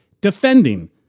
defending